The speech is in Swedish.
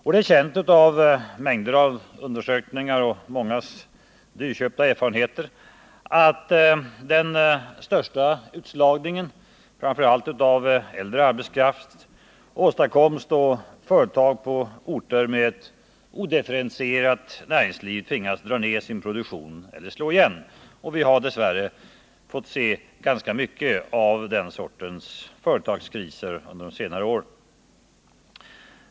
På grund av mängder av undersökningar och mångas dyrköpta erfarenheter vet vi att den största utslagningen, framför allt av äldre arbetskraft, åstadkommes då företag på orter med ett odifferentierat näringsliv tvingas dra ned sin produktion eller slå igen. Dess värre har vi fått se ganska mycket av den sortens företagskriser under senare år.